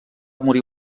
morir